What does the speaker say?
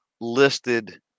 listed